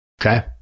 Okay